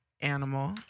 Animal